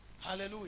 Hallelujah